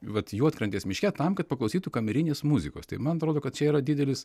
vat juodkrantės miške tam kad paklausytų kamerinės muzikos tai man atrodo kad čia yra didelis